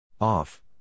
off